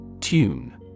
Tune